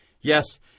Yes